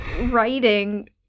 writing